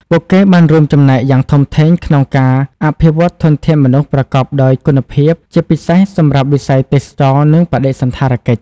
ពួកគេបានរួមចំណែកយ៉ាងធំធេងក្នុងការអភិវឌ្ឍធនធានមនុស្សប្រកបដោយគុណភាព ជាពិសេសសម្រាប់វិស័យទេសចរណ៍ និងបដិសណ្ឋារកិច្ច។